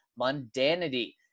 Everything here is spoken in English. mundanity